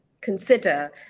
consider